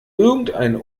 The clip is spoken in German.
irgendein